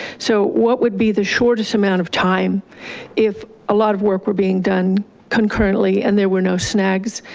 so what would be the shortest amount of time if a lot of work were being done concurrently, and there were no snags?